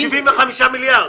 75 מיליארד.